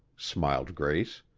smiled grace.